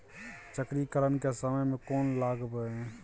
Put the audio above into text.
चक्रीकरन के समय में कोन लगबै?